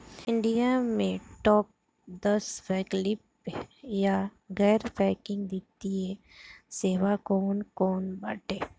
India में top दस वैकल्पिक या गैर बैंकिंग वित्तीय सेवाएं कौन कोन बाटे?